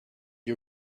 you